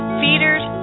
feeders